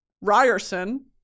ryerson